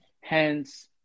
hence